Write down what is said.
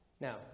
Now